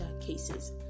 cases